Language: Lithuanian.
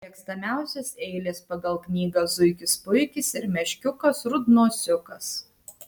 mėgstamiausios eilės pagal knygą zuikis puikis ir meškiukas rudnosiukas